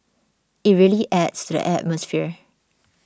it really adds to the atmosphere